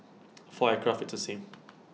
for aircraft it's the same